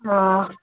ओ